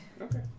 Okay